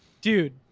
dude